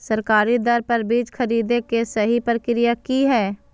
सरकारी दर पर बीज खरीदें के सही प्रक्रिया की हय?